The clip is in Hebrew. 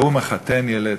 ההוא מחתן ילד,